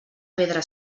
pedra